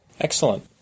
Excellent